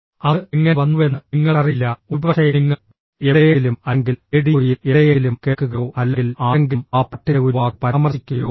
അത് എങ്ങനെ വന്നുവെന്ന് നിങ്ങൾക്കറിയില്ല ഒരുപക്ഷേ നിങ്ങൾ എവിടെയെങ്കിലും അല്ലെങ്കിൽ റേഡിയോയിൽ എവിടെയെങ്കിലും കേൾക്കുകയോ അല്ലെങ്കിൽ ആരെങ്കിലും ആ പാട്ടിന്റെ ഒരു വാക്ക് പരാമർശിക്കുകയോ ചെയ്തു